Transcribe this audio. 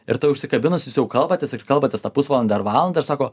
ir ta užsikabinus jūs jau kalbatės ir kalbatės tą pusvalandį ar valandą ir sako